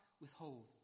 withhold